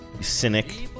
cynic